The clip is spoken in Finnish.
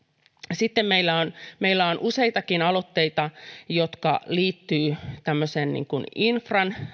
sitten meillä on meillä on useitakin aloitteita jotka liittyvät tämmöiseen